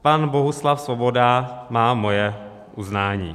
Pan Bohuslav Svoboda má moje uznání.